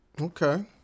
Okay